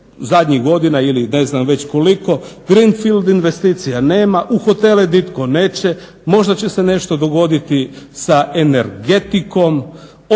zadnjih godina ili ne znam već koliko Greenfield investicija nema, u hotele nitko neće, možda će se nešto dogoditi sa energetikom.